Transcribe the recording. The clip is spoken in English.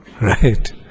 right